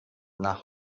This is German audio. nach